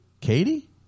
Katie